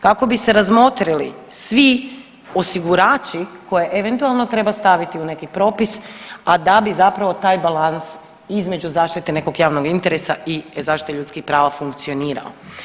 Kako bi se razmotrili svi osigurači koje eventualno treba staviti u neki propis, a da bi zapravo taj balans između zaštite nekog javnog interesa i zaštite ljudskih prava funkcionirao.